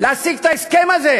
ההסכם הזה,